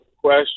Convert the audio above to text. question